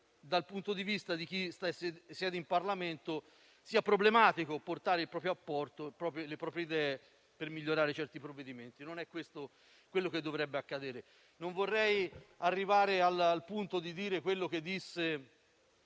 dal punto di vista di chi siede in Parlamento sia problematico portare il proprio apporto e le proprie idee per migliorare certi provvedimenti. Non è quanto dovrebbe accadere. Non vorrei arrivare al punto di dire ciò che disse